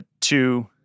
two